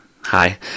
Hi